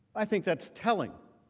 i think that's telling.